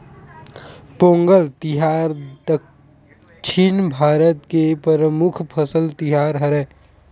पोंगल तिहार दक्छिन भारत के परमुख फसल तिहार हरय